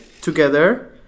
together